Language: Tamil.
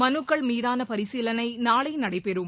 மனுக்கள் மீதான பரீசிலனை நாளை நடைபெறும்